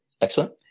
Excellent